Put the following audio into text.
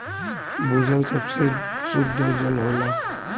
भूजल सबसे सुद्ध जल होला